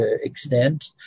extent